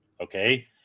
okay